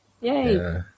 Yay